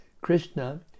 Krishna